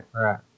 Right